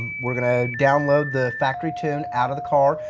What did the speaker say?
we're going to download the factory tune out of the car.